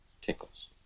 Tickles